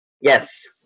Yes